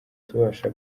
tubasha